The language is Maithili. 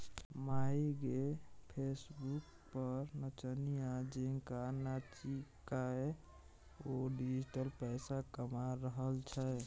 माय गे फेसबुक पर नचनिया जेंका नाचिकए ओ डिजिटल पैसा कमा रहल छै